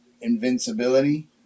invincibility